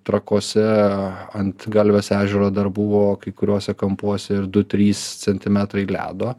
trakuose ant galvės ežero dar buvo kai kuriuose kampuose ir du trys centimetrai ledo